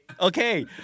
Okay